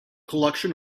collection